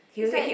is like